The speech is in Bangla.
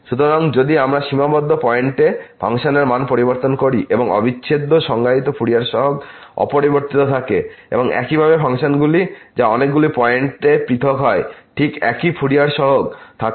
সুতরাং যদি আমরা সীমাবদ্ধ পয়েন্টে ফাংশনের মান পরিবর্তন করি এবং অবিচ্ছেদ্য সংজ্ঞায়িত ফুরিয়ার সহগ অপরিবর্তিত থাকে এবং এইভাবে ফাংশনগুলি যা অনেকগুলি পয়েন্টে পৃথক হয় ঠিক একই ফুরিয়ার সহগ থাকে